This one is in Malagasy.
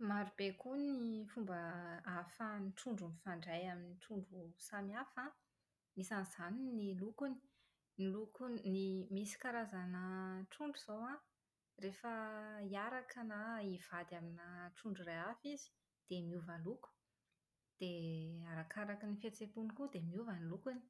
Marobe koa ny fomba ahafahan'ny trondro mifandray amin'ny trondro samihafa an, isan'izany ny lokony. Ny lokon'ny misy karazana trondro izao an, rehefa hiaraka na hivady amina trondro iray hafa izy dia miova loko. Dia arakaraka ny fihetsehampony koa dia miova ny lokony.